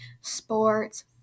sports